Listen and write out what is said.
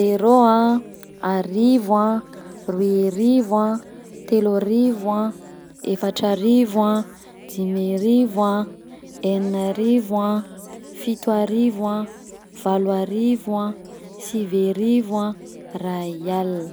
Zero a, arivo a, roy arivo a, telo arivo a, efatra arivo a, dimy arivo a, enina arivo a, fito arivo a, valo arivo a, sivy arivo a, ray alina.